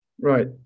Right